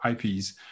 IPs